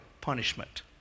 punishment